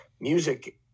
music